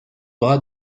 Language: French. bras